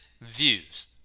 views